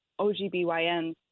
OGBYN